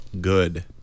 good